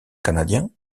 canadien